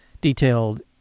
detailed